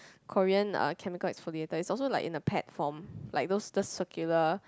Korean uh chemical exfoliator its also like in a pad form like those circular